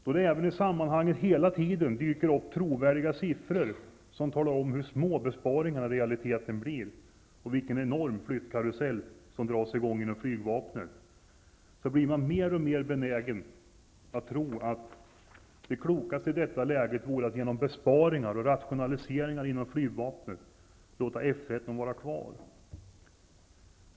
Då det även i sammanhanget hela tiden dyker upp trovärdiga siffror som talar om hur små besparingarna i realiteten blir och vilken enorm flyttkarusell som dras i gång inom flygvapnet, blir man mer och mer benägen att tro att det klokaste i detta läge vore att genom besparingar och rationaliseringar inom flygvapnet låta F 13 vara kvar.